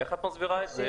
איך את מסבירה את זה?